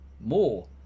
more